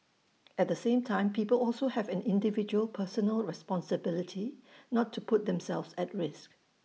at the same time people also have an individual personal responsibility not to put themselves at risk